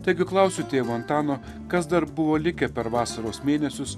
taigi klausiu tėvo antano kas dar buvo likę per vasaros mėnesius